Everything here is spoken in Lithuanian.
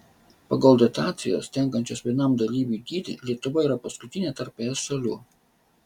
pagal dotacijos tenkančios vienam dalyviui dydį lietuva yra paskutinė tarp es šalių